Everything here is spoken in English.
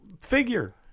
figure